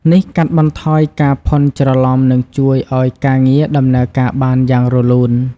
នេះកាត់បន្ថយការភ័ន្តច្រឡំ និងជួយឱ្យការងារដំណើរការបានយ៉ាងរលូន។